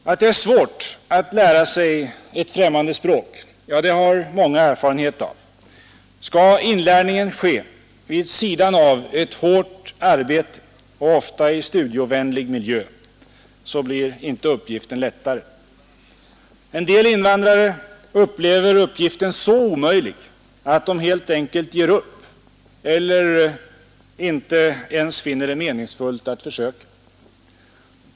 Att det är svårt att lära sig ett främmande språk har många erfarenhet av. Skall inlärningen ske vid sidan av ett hårt arbete och ofta i studieovänlig miljö, så blir inte uppgiften lättare. En del invandrare upplever uppgiften så omöjlig att de helt enkelt ger upp eller inte ens finner det meningsfullt att försöka.